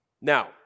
Now